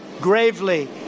gravely